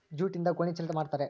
ಜೂಟ್ಯಿಂದ ಗೋಣಿ ಚೀಲ ಮಾಡುತಾರೆ